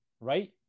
Right